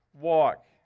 walk